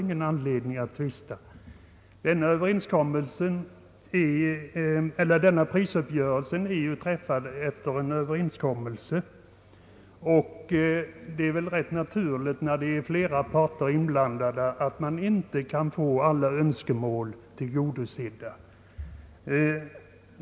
Den prisuppgörelse det här gäller har ju träffats efter en överenskommelse, och det är väl rätt naturligt att man inte kan få alla önskemål tillgodosedda när flera parter är inblandade.